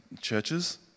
churches